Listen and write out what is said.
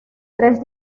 tres